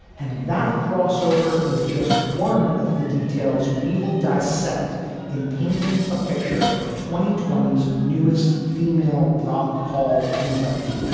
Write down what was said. and that crossover is just one of the details we will dissect in painting a picture of twenty twenty s newest female rock hall inductee